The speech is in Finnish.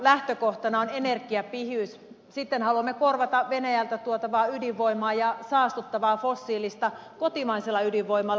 lähtökohtana on energiapihiys sitten haluamme korvata venäjältä tuotavaa ydinvoimaa ja saastuttavaa fossiilista kotimaisella ydinvoimalla